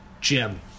Jim